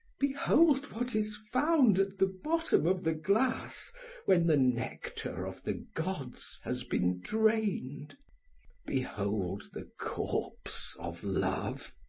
behold what is found at the bottom of the glass when the nectar of the gods has been drained behold the corpse of love.